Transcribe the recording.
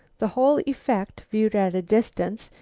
the whole effect, viewed at a distance,